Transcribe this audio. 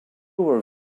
were